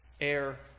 Air